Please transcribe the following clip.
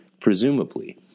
Presumably